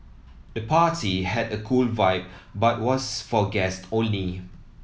the party had a cool vibe but was for guest only